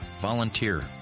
Volunteer